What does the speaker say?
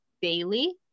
bailey